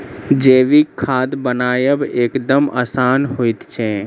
जैविक खाद बनायब एकदम आसान होइत छै